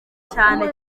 cyane